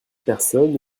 personnes